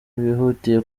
bihutiye